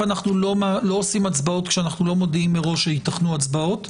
אנחנו לא עושים הצבעות כשאנחנו לא מודיעים מראש שייתכנו הצבעות.